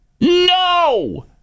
no